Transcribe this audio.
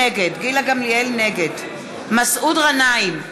נגד מסעוד גנאים,